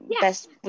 best